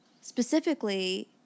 specifically